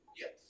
Yes